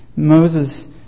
Moses